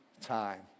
time